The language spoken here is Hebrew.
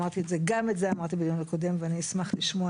גם את זה אמרתי בדיון הקודם ואני אשמח לשמוע